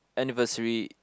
anniversary